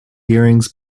hearings